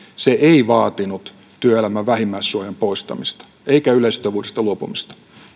se ei vaatinut työelämän vähimmäissuojan poistamista eikä yleissitovuudesta luopumista